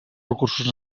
recursos